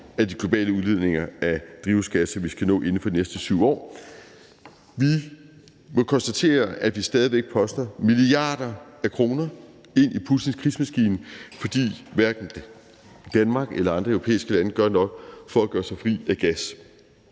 af de globale udledninger af drivhusgasser, vi skal nå inden for de næste 7 år. Vi må konstatere, at vi stadig væk poster milliarder af kroner ind i Putins krigsmaskine, fordi hverken Danmark eller andre europæiske lande gør nok for at gøre sig fri af gas.